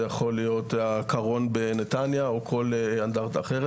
זה יכול להיות הקרון בנתניה או כל האנדרטה אחרת.